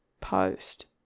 post